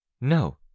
No